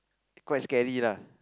quite scary lah